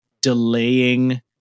delaying